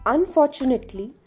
Unfortunately